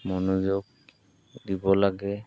মনোযোগ দিব লাগে